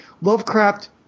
Lovecraft